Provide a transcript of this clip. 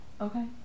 Okay